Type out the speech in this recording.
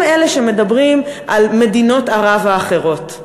הם אלה שמדברים על מדינות ערב האחרות.